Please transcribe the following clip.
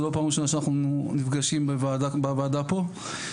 זה לא פעם ראשונה שאנחנו נפגשים בוועדה פה,